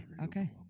okay